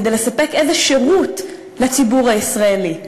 כדי לספק איזה שירות לציבור הישראלי?